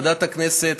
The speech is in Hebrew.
ועדת הכנסת,